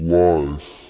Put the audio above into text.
life